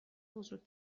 بزرگ